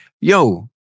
yo